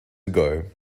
ago